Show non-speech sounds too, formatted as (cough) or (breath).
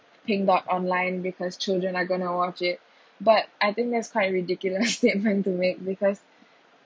pink dot online because children are going to watch it (breath) but I think that's quite ridiculous (laughs) statement to make because